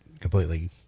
completely